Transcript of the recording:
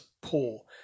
poor